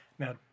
Now